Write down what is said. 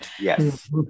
Yes